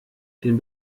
den